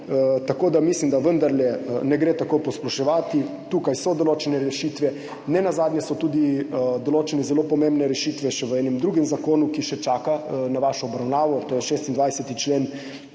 Tako da mislim, da vendarle ne gre tako posploševati. Tukaj so določene rešitve. Nenazadnje so tudi določene zelo pomembne rešitve še v enem drugem zakonu, ki še čaka na vašo obravnavo, to je 26. člen